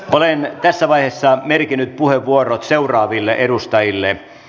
olen tässä vaiheessa merkinnyt puheenvuorot seuraaville edustajille